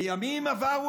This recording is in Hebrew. בימים עברו,